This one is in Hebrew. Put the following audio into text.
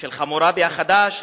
של חמורבי החדש,